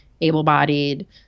able-bodied